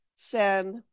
send